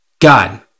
God